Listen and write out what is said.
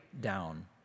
down